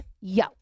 yo